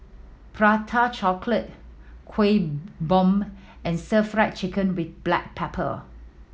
Prata Chocolate Kueh Bom and Stir Fried Chicken with black pepper